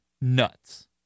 nuts